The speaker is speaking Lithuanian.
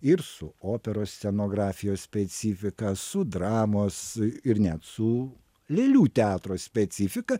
ir su operos scenografijos specifika su dramos ir net su lėlių teatro specifika